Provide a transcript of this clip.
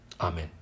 Amen